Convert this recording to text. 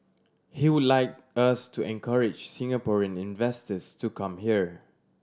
he would like us to encourage Singaporean investors to come here